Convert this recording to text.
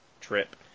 trip